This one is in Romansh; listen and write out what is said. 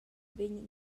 vegnan